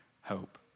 hope